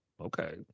Okay